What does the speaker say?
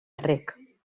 rec